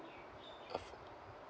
uh